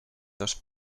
dos